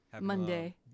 Monday